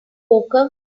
poker